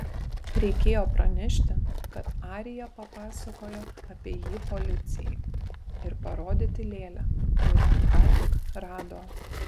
reikėjo pranešti kad arija papasakojo apie jį policijai ir parodyti lėlę kurią ką tik rado